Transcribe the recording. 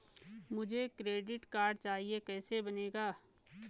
मुझे credit card चाहिए कैसे बनेगा?